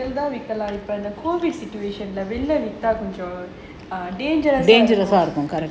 விக்கலாம் இப்போ இந்த:vikkalaam ippo intha COVID situation வெளில விட்டா கொஞ்சம்:velila vittaa konjam dangerous இருக்கும்:irukum